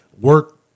work